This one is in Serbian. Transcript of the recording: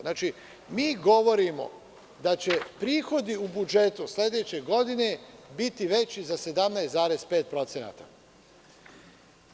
Znači, mi govorimo da će prihodi u budžetu sledeće godine, biti veći za 17,5%